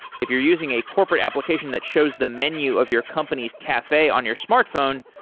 if you're using a corporate application that shows the menu of your company's cafe on your smartphone,